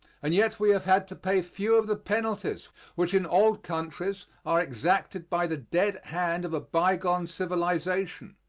and yet we have had to pay few of the penalties which in old countries are exacted by the dead hand of a bygone civilization.